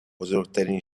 بزرگترین